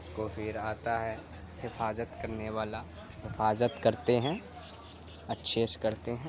اس کو پھر آتا ہے حفاظت کرنے والا حفاظت کرتے ہیں اچھے سے کرتے ہیں